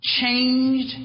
changed